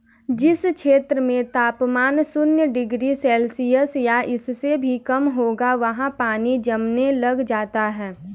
जिस क्षेत्र में तापमान शून्य डिग्री सेल्सियस या इससे भी कम होगा वहाँ पानी जमने लग जाता है